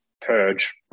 purge